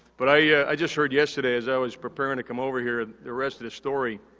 but, i yeah i just heard yesterday as i was preparing to come over here the rest of the story.